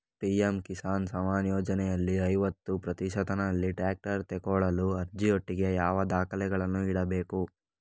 PM ಕಿಸಾನ್ ಸಮ್ಮಾನ ಯೋಜನೆಯಲ್ಲಿ ಐವತ್ತು ಪ್ರತಿಶತನಲ್ಲಿ ಟ್ರ್ಯಾಕ್ಟರ್ ತೆಕೊಳ್ಳಲು ಅರ್ಜಿಯೊಟ್ಟಿಗೆ ಯಾವ ದಾಖಲೆಗಳನ್ನು ಇಡ್ಬೇಕು?